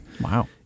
Wow